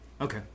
okay